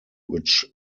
which